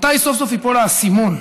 מתי סוף-סוף ייפול האסימון.